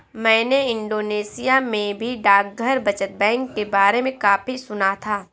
मैंने इंडोनेशिया में भी डाकघर बचत बैंक के बारे में काफी सुना था